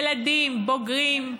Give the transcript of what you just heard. ילדים, בוגרים,